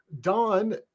Don